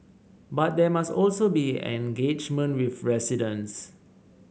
but there must also be engagement with residents